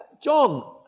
John